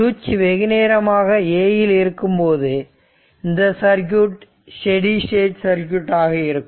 சுவிட்ச் வெகுநேரமாக A இல் இருக்கும் போது இந்த சர்க்யூட் ஸ்டெடி ஸ்டேட் சர்க்யூட் ஆக இருக்கும்